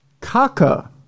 Kaka